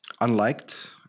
unliked